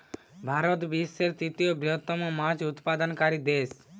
ভারত বিশ্বের তৃতীয় বৃহত্তম মাছ উৎপাদনকারী দেশ